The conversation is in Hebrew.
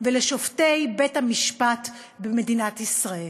ושל שופטי בית-המשפט במדינת ישראל.